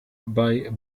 bei